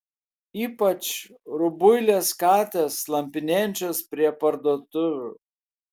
ypač rubuilės katės slampinėjančios prie parduotuvių